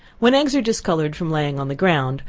when eggs are discolored from laying on the ground,